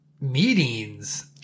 meetings